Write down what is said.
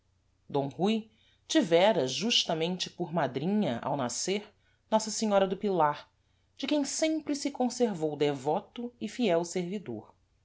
d rui tivera justamente por madrinha ao nascer nossa senhora do pilar de quem sempre se conservou devoto e fiel servidor